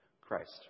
Christ